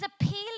appealing